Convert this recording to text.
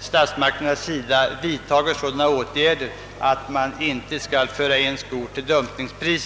statsmakterna i detta avseende vidtager sådana åtgärder att skor inte kommer att införas till dumpingpriser.